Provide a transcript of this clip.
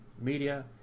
media